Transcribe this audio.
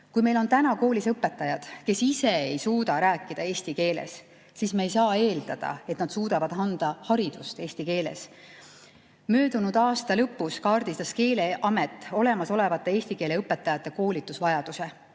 Kui meil on täna koolis õpetajad, kes ise ei suuda rääkida eesti keeles, siis me ei saa eeldada, et nad suudavad anda haridust eesti keeles. Möödunud aasta lõpus kaardistas Keeleamet olemasolevate eesti keele õpetajate koolitusvajaduse.